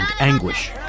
anguish